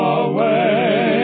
away